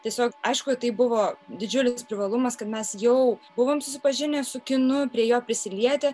tiesiog aišku tai buvo didžiulis privalumas kad mes jau buvom susipažinę su kinu prie jo prisilietę